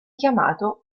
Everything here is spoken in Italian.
chiamato